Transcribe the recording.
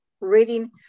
reading